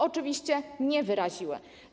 Oczywiście nie wyraziły.